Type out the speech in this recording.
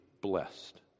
blessed